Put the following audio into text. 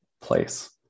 place